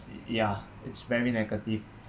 ya it's very negative